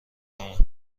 اون